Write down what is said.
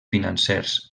financers